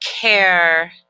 care